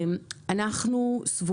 אנחנו,